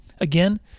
Again